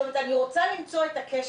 אני רוצה למצוא את הקשר.